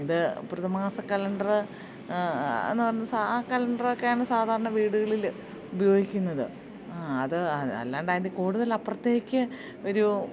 ഇത് പ്രതിമാസ കലണ്ടറ് എന്ന് പറഞ്ഞാൽ ആ കലണ്ടറൊക്കെയാണ് സാധാരണ വീടുകളിൽ ഉപയോഗിക്കുന്നത് അത് അല്ലാണ്ട് അതിൻ്റെ കൂടുതൽ അപ്പുറത്തേക്ക് ഒരു